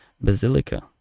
Basilica